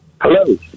Hello